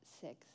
six